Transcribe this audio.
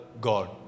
God